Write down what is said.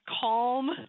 calm